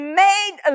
made